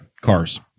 cars